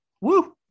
Woo